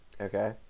okay